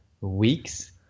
weeks